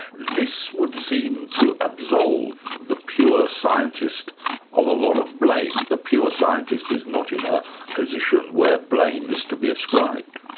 this would seem to absolve the pure scientist of a lot of blame. the pure scientist is not in a position where blame is to be ascribed.